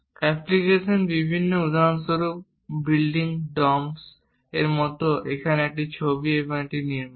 application বিভিন্ন উদাহরণস্বরূপ building ডম্বস মত এখানে একটি ছবি একটি নির্মাণ